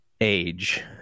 age